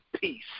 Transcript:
peace